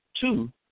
Two